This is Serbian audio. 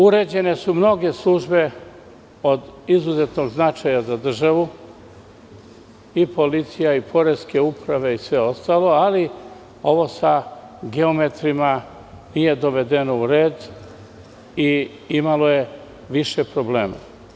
Uređene su mnoge službe od izuzetnog značaja za državu, i policija i poreske uprave i sve ostalo, ali ovo sa geometrima nije dovedeno u red i imalo je više problema.